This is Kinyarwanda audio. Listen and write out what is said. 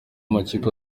amakipe